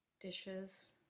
dishes